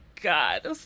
god